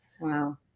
Wow